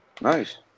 Nice